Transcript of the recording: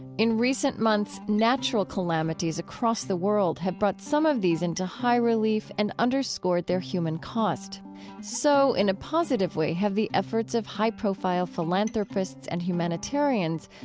in recent months, natural calamities across the world have brought some of these into high relief and underscored their human cost so, in a positive way, have the efforts of high-profile philanthropists and humanitarians,